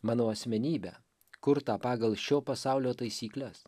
mano asmenybę kurtą pagal šio pasaulio taisykles